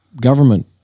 government